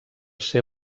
ser